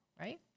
right